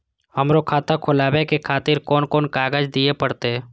हमरो खाता खोलाबे के खातिर कोन कोन कागज दीये परतें?